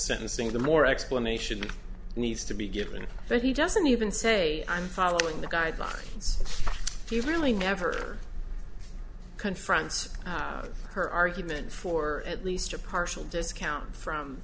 sentencing the more explanation needs to be given that he doesn't even say i'm following the guidelines if you really never confronts her argument for at least a partial discount from